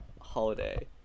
holiday